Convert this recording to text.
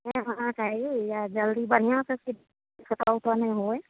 नहि होना चाही आ जल्दी बढ़िआँसँ छोटा ओटा नहि होइ